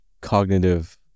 cognitive